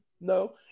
no